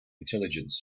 intelligence